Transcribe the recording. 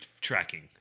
tracking